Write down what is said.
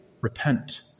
repent